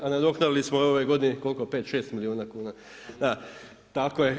A nadoknadili smo u ovoj godini, koliko, 5, 6 milijuna kuna. … [[Upadica se ne čuje.]] Da, tako je.